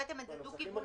הבאתם את זה דו-כיווני,